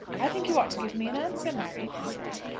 i think you ought to give me an answer, mary, he said.